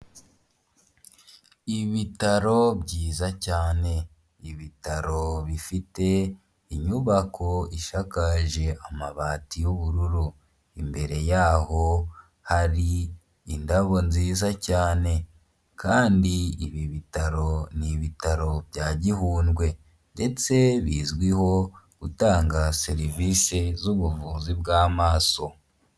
Ibitaro byiza cyane, ibitaro bifite inyubako ishakaje amabati y'ubururu, imbere yaho hari indabo nziza cyane, kandi ibi bitaro ni ibitaro bya Gihundwe, ndetse bizwiho gutanga serivisi z'ubuvuzi bwaamaso.